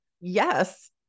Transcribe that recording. Yes